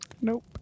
Nope